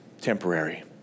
temporary